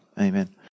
Amen